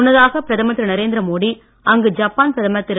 முன்னதாக பிரதமர் திரு நரேந்திர மோடி அங்கு ஜப்பான் பிரதமர் திரு